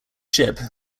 ship